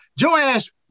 Joash